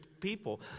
people